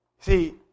See